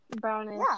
Brownish